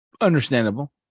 Understandable